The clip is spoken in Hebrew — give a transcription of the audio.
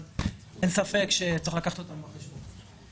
אבל אין ספק שצריך לקחת אותם בחשבון.